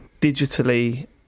digitally